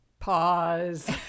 pause